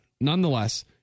nonetheless